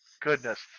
goodness